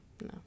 no